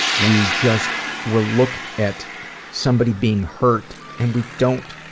we just will look at somebody being hurt and we don't